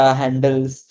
handles